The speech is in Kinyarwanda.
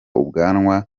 ubwanwa